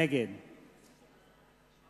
נגד